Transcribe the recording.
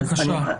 בבקשה.